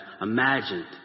imagined